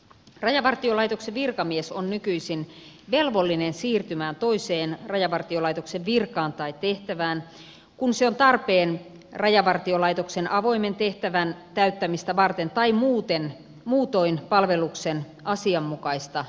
rajavartiolaitoksen virkamies on nykyisin velvollinen siirtymään toiseen rajavartiolaitoksen virkaan tai tehtävään kun se on tarpeen rajavartiolaitoksen avoimen tehtävän täyttämistä varten tai muutoin palveluksen asianmukaista järjestämistä varten